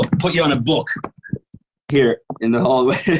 put you on a book here in the hallway.